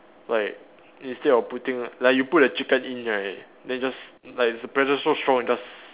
like instead of putting like you put a chicken in right then you just like the pressure so strong it just